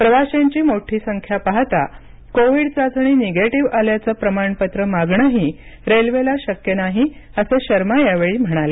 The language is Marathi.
प्रवाशांची मोठी संख्या पाहता कोविड चाचणी निगेटीव्ह आल्याचं प्रमाणपत्र मागणंही रेल्वेला शक्य नाही असं शर्मा म्हणाले